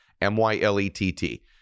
M-Y-L-E-T-T